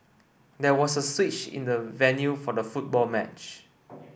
there was a switch in the venue for the football match